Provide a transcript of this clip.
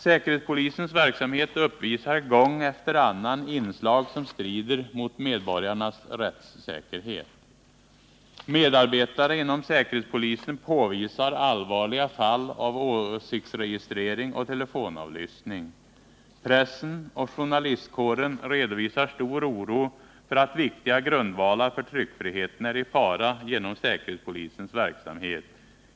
Säkerhetspolisens verksamhet uppvisar gång efter annan inslag som strider mot medborgarnas rättssäkerhet. Medarbetare inom säkerhetspolisen påvisar allvarliga fall av åsiktsregistrering och telefonavlyssning. Pressen och journalistkåren redovisar stor oro för att viktiga grundvalar för tryckfriheten är i fara genom säkerhetspolisens verksamhet.